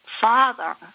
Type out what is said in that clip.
Father